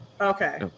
Okay